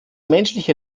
menschliche